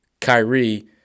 Kyrie